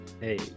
Hey